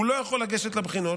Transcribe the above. הוא לא יכול לגשת לבחינות.